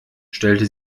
stellte